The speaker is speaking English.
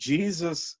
Jesus